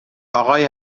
آقای